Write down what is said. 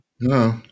No